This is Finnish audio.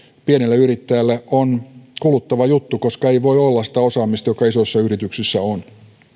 pienelle yrittäjälle on kuluttava juttu koska ei voi olla sitä osaamista joka isoissa yrityksissä on